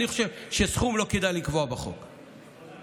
אז אני חושב שלא כדאי לקבוע בחוק סכום.